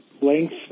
length